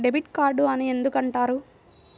Debit card అని ఎందుకు అంటారు?